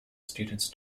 students